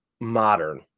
modern